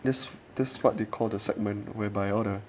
this this what they call the segment where by all the